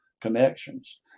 connections